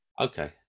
Okay